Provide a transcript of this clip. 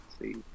see